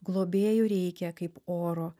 globėjų reikia kaip oro